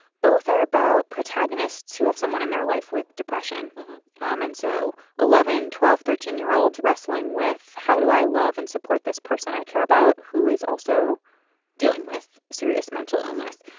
both are about protagonists who have someone in their life with depression um and so eleven twelve thirteen year olds wrestling with how do i love and support this person i care about who is also dealing with serious mental illness.